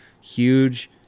huge